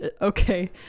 Okay